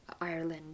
Ireland